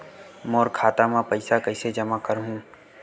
मोर खाता म पईसा कइसे जमा करहु?